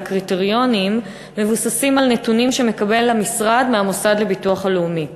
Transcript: והקריטריונים מבוססים על נתונים שמקבל המשרד מהמוסד לביטוח הלאומי.